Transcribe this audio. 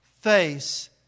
face